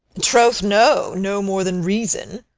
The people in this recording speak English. troth, no no more than reason.